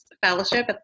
fellowship